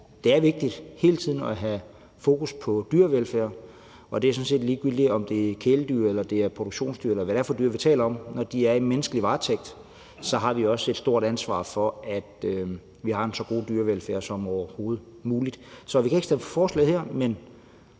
det er vigtigt hele tiden at have fokus på dyrevelfærd – og det er sådan set ligegyldigt, om det er kæledyr eller det er produktionsdyr, eller hvad det er for dyr, vi taler om. Når de er i menneskelig varetægt, har vi også et stort ansvar for, at de har en så god dyrevelfærd som overhovedet muligt. Så vi kan ikke stemme for forslaget her. Men